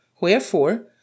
Wherefore